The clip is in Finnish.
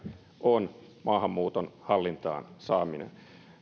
on maahanmuuton hallintaan saaminen